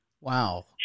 Wow